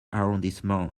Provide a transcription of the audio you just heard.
arrondissement